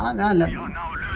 ah no no ah no